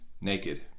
naked